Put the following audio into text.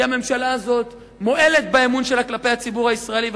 כי הממשלה הזאת מועלת באמון שלה כלפי הציבור הישראלי.